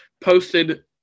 posted